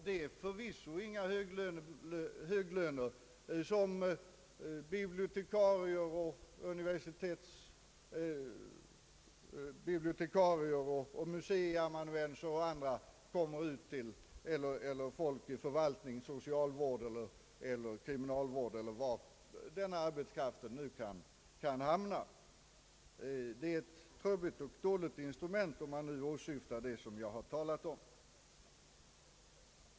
Det är förvisso inga höglöner som väntar dessa studerande på tjänster såsom bibliotekarier, museiamanuenser, i förvaltningstjänst, socialvård, kriminalvård, eller var denna arbetskraft kan hamna. Denna ökning av utbildningskapaciteten är ett trubbigt och dåligt instrument, om syftet är det jag tidigare talat om.